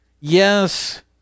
yes